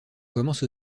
commence